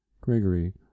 gregory